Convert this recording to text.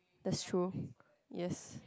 that's true yes